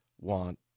want